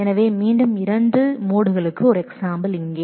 எனவே மீண்டும் இரண்டு ஜாயின்களுக்கு ஒரு எக்ஸாம்பிள் இங்கே